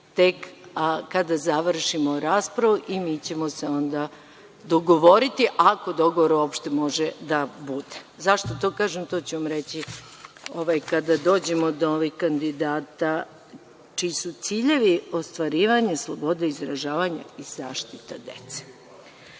tek kada završimo raspravu i mi ćemo se onda dogovoriti ako dogovor uopšte može da bude. Zašto to kažem? To ću vam reći kada dođemo do ovih kandidata čiji su ciljevi ostvarivanje slobode izražavanja i zaštita dece. Ono